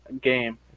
game